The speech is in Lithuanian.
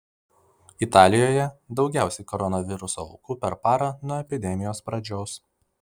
italijoje daugiausiai koronaviruso aukų per parą nuo epidemijos pradžios